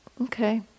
Okay